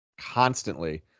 constantly